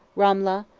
ramlah,